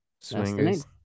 swingers